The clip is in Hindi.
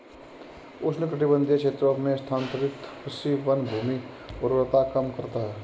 उष्णकटिबंधीय क्षेत्रों में स्थानांतरित कृषि वनभूमि उर्वरता कम करता है